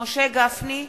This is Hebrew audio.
משה גפני,